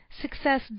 success